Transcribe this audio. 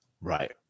Right